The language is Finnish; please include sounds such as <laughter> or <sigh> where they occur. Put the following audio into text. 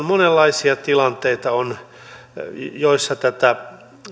<unintelligible> monenlaisia tilanteita joissa tätä